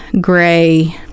gray